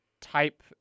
type